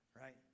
Right